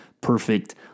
perfect